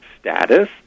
status